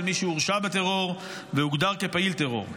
מי שהורשע בטרור והוגדר כפעיל טרור.